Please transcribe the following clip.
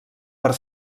per